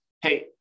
hey